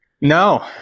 No